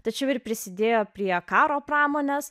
tačiau ir prisidėjo prie karo pramonės